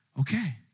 Okay